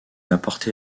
apportés